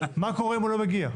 מה קורה אם הוא לא מגיע?